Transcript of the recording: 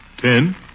Ten